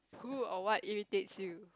who or what irritates you